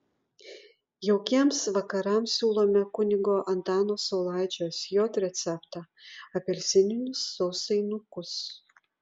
jaukiems vakarams siūlome kunigo antano saulaičio sj receptą apelsininius sausainiukus